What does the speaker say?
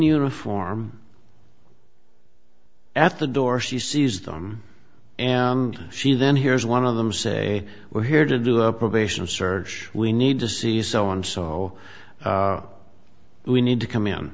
uniform at the door she sees them and she then here is one of them say we're here to do our probation search we need to see someone saw we need to come in